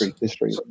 history